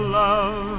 love